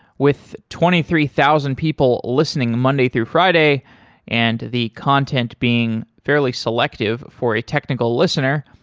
with twenty three thousand people listening monday through friday and the content being fairly selective for a technical listener,